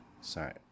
Sorry